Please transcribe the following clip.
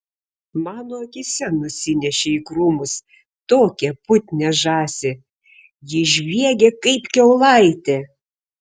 mano akyse nusinešė į krūmus tokią putnią žąsį ji žviegė kaip kiaulaitė